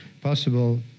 possible